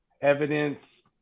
evidence